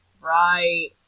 Right